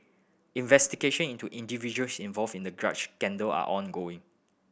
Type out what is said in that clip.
investigation into individuals involved in the scandal are ongoing